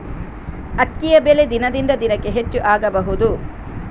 ಅಕ್ಕಿಯ ಬೆಲೆ ದಿನದಿಂದ ದಿನಕೆ ಹೆಚ್ಚು ಆಗಬಹುದು?